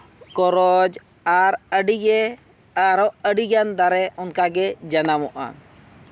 ᱠᱚᱨᱚᱡ ᱟᱨ ᱟᱹᱰᱤ ᱜᱮ ᱟᱨᱦᱚᱸ ᱟᱹᱰᱤᱜᱟᱱ ᱫᱟᱨᱮ ᱚᱱᱠᱟ ᱜᱮ ᱡᱟᱱᱟᱢᱚᱜᱼᱟ